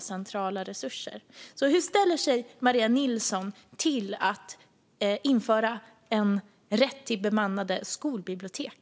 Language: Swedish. centrala resurser. Hur ställer sig Maria Nilsson till att införa en rätt till bemannade skolbibliotek?